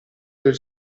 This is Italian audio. del